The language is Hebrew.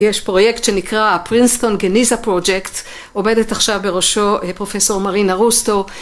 יש פרויקט שנקרא הפרינסטון גניזה פרוג'קט, עובדת עכשיו בראשו פרופ' מרינה רוסטו.